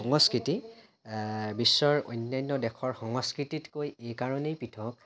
সংস্কৃতি বিশ্বৰ অন্যান্য দেশৰ সংস্কৃতিতকৈ এইকাৰণেই পৃথক